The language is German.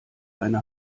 eine